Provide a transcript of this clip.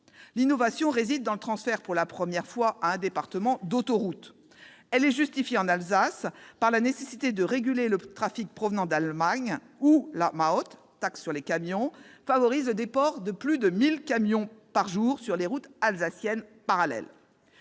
L'innovation réside dans le transfert- pour la première fois -d'autoroutes à un département, ce qui se justifie par la nécessité de réguler le trafic provenant d'Allemagne, où la, la taxe sur les camions, favorise le déport de plus de 1 000 camions par jour sur les routes alsaciennes parallèles.